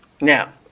Now